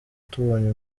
tubonye